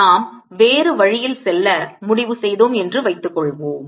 நாம் வேறு வழியில் செல்ல முடிவு செய்தோம் என்று வைத்துக்கொள்வோம்